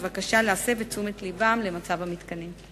בבקשה להסב את תשומת לבם למצב המתקנים.